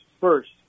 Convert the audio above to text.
first